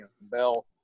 Bell